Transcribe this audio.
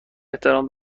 احترام